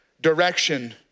direction